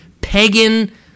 pagan